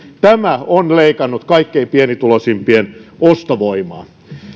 tämä on leikannut kaikkein pienituloisimpien ostovoimaa